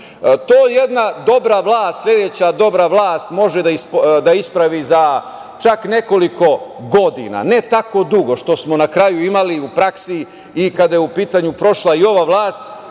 to jedna dobra vlast, sledeća dobra vlast može da ispravi za čak nekoliko godina, ne tako dugo, što smo na kraju imali u praksi kada je u pitanju prošla i ova vlast